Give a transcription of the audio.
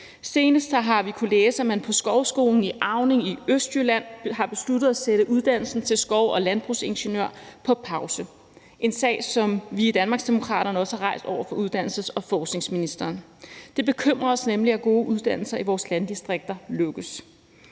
Senest har vi kunnet læse, at man på Skovskolen i Auning i Østjylland har besluttet at sætte uddannelsen til skov- og landskabsingeniør på pause – en sag, som vi i Danmarksdemokraterne også har rejst over for uddannelses- og forskningsministeren. Det bekymrer os nemlig, at gode uddannelser i vores landdistrikter lukkes.